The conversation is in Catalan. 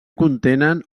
contenen